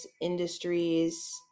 industries